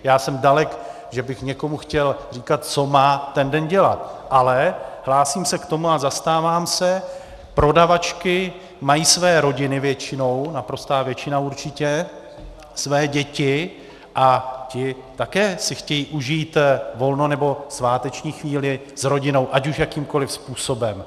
Já jsem dalek, že bych někomu chtěl říkat, co má ten den dělat, ale hlásím se k tomu a zastávám se, prodavačky mají své rodiny většinou, naprostá většina určitě, své děti, ony také si chtějí užít volno nebo sváteční chvíli s rodinou, ať už jakýmkoliv způsobem.